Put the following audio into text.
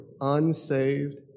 unsaved